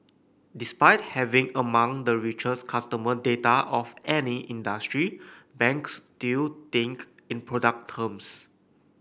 despite having among the richest customer data of any industry banks still think in product terms